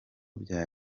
bya